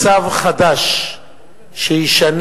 מצב חדש שייתן